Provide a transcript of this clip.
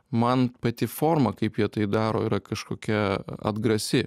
man pati forma kaip jie tai daro yra kažkokia atgrasi